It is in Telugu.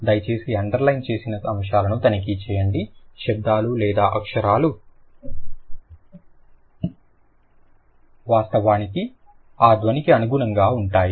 దయచేసి అండర్లైన్ చేసిన అంశాలను తనిఖీ చేయండి శబ్దాలు లేదా రెండు అక్షరాలు వాస్తవానికి ఆ ధ్వనికి అనుగుణంగా ఉంటాయి